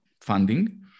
funding